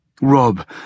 Rob